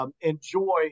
enjoy